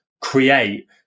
create